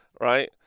right